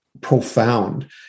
profound